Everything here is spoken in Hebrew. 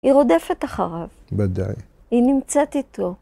‫היא רודפת אחריו. ‫-ודאי. -‫היא נמצאת איתו.